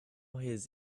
his